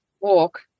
walk